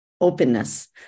openness